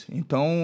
então